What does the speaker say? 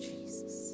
Jesus